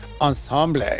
ensemble